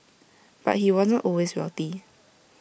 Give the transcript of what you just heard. but he wasn't always wealthy